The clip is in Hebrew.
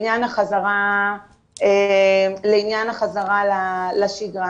לעניין החזרה לשגרה.